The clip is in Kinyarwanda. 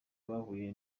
bahuye